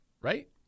right